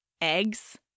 eggs